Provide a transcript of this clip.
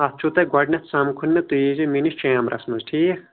اتھ چھُ تۄہہِ گۄڈٕنٮ۪تھ سمکُھن مےٚ تُہۍ یی زیو میٲنس چیمبرس منز ٹھیٖک